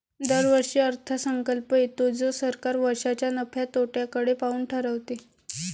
दरवर्षी अर्थसंकल्प येतो जो सरकार वर्षाच्या नफ्या तोट्याकडे पाहून ठरवते